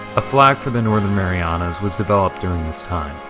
a flag for the northern marianas was developed during this time.